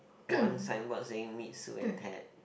one sign board saying meet Sue and Ted